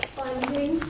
funding